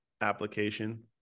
application